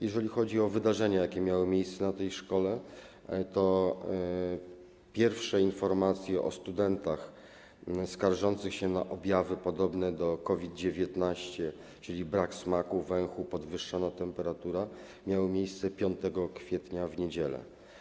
Jeżeli chodzi o wydarzenia, jakie miały miejsce w tej szkole, to pierwsze informacje o studentach skarżących się na objawy podobne do tych w przypadku COVID-19, czyli brak smaku, węchu, podwyższona temperatura, miały miejsce 5 kwietnia w niedzielę.